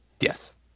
Yes